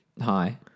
Hi